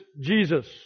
Jesus